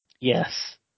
Yes